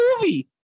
movie